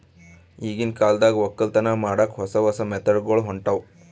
ಈಗಿನ್ ಕಾಲದಾಗ್ ವಕ್ಕಲತನ್ ಮಾಡಕ್ಕ್ ಹೊಸ ಹೊಸ ಮೆಥಡ್ ಗೊಳ್ ಹೊಂಟವ್